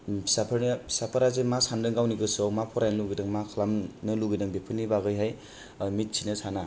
फिसाफोरनो फिसाफोरा जे मा सानदों गावनि गोसोयाव मा फरायनो लुबैदों मा खालामनो लुगैदों बेफोरनि बागैहाय मिथिनो साना